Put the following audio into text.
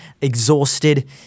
exhausted